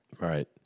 Right